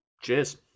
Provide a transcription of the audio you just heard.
Cheers